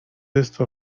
esto